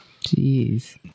Jeez